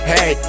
Hey